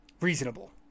reasonable